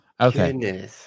Okay